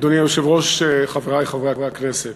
אדוני היושב-ראש, חברי חברי הכנסת,